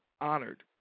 honored